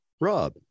Rob